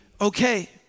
okay